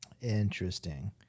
Interesting